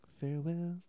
Farewell